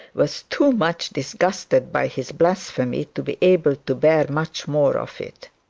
was too much disgusted by his blasphemy to be able to bear much more of it.